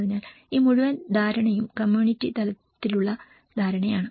അതിനാൽ ഈ മുഴുവൻ ധാരണയും കമ്മ്യൂണിറ്റി തലത്തിലുള്ള ധാരണയാണ്